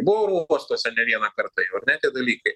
buvo oro uostuose ne vieną kartą jau ar ne tie dalykai